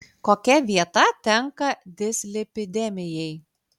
kokia vieta tenka dislipidemijai